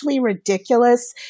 ridiculous